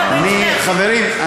חברים,